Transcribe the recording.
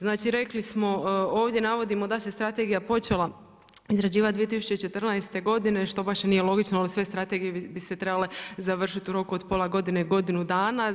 Znači rekli smo ovdje da se strategija počela izrađivati 2014. godine što baš i nije logično jer sve strategije bi se trebale završiti u roku od pola godine ili godinu dana.